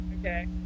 Okay